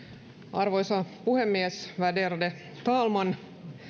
arvoisa puhemies värderade talman